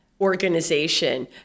organization